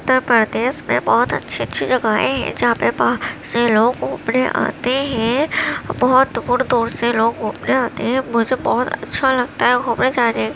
اتر پردیش میں بہت اچھی اچھی جگہیں ہیں جہاں پہ بہت سے لوگ گھومنے آتے ہیں بہت دور دور سے لوگ گھومنے آتے ہیں مجھے بہت اچھا لگتا ہے گھومنے جانے